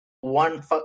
one